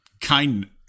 Kindness